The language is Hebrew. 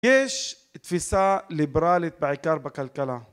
יש תפיסה ליברלית בעיקר בכלכלה